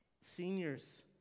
seniors